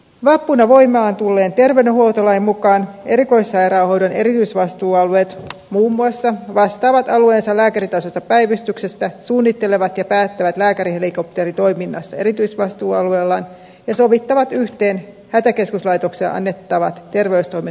vappuna voimaan tulleen terveydenhuoltolain mukaan erikoissairaanhoidon erityisvastuualueet muun muassa vastaavat alueensa lääkäritasoisesta päivystyksestä suunnittelevat ja päättävät lääkärihelikopteritoiminnasta erityisvastuualueellaan ja sovittavat yhteen hätäkeskuslaitokselle annettavat terveystoimen hälytysohjeet